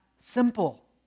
simple